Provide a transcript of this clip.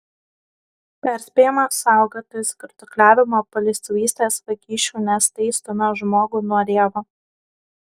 perspėjama saugotis girtuokliavimo paleistuvystės vagysčių nes tai stumią žmogų nuo dievo